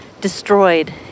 destroyed